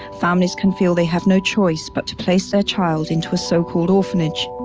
families can feel they have no choice but to place their child into a so-called orphanage,